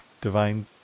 Divine